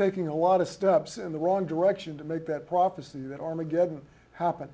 taking a lot of steps in the wrong direction to make that prophecy that armageddon happen